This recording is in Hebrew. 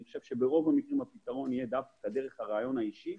אני חושב שברוב המקרים הפתרון יהיה דווקא דרך הראיון האישי